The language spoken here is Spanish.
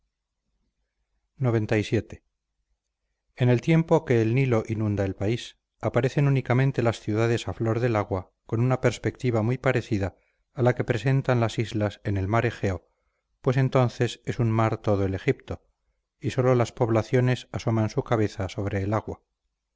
xcvii en el tiempo que el nilo inunda el país aparecen únicamente las ciudades a flor del agua con una perspectiva muy parecida a la que presentan las islas en el mar egeo pues entonces es un mar todo el egipto y solo las poblaciones asoman su cabeza sobre el agua